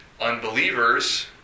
unbelievers